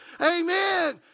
Amen